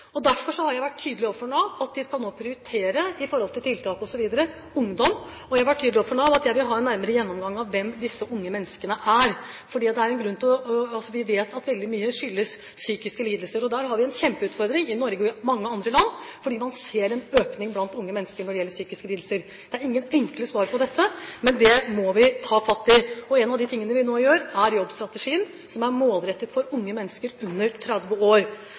Derfor har jeg vært tydelig overfor Nav på at vi nå skal prioritere ungdom i forhold til tiltak osv. Jeg har vært tydelig overfor Nav på at jeg vil ha en nærmere gjennomgang av hvem disse unge menneskene er. Vi vet at veldig mye skyldes psykiske lidelser. Der har vi en kjempeutfordring i Norge og i veldig mange andre land fordi man ser en økning blant unge mennesker når det gjelder psykiske lidelser. Det er ingen enkle svar på dette, men det må vi ta fatt i. Noe av det vi nå gjør, er å satse på jobbstrategien, som er målrettet for unge mennesker under 30 år.